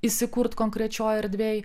įsikurt konkrečioj erdvėj